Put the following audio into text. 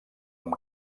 amb